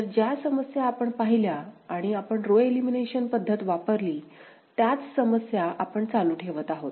तर ज्या समस्या आपण पाहिल्या आणि आपण रो एलिमिनेशन पद्धत वापरली त्याच समस्या आपण चालू ठेवत आहोत